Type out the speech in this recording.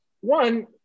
one